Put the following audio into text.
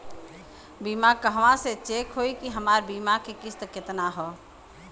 बीमा कहवा से चेक होयी की हमार बीमा के किस्त केतना ह?